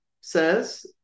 says